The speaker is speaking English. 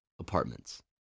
apartments